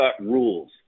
rules